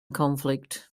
conflict